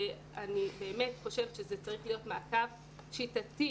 אני באמת חושבת שזה צריך להיות מעקב שיטתי